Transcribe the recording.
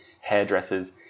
hairdressers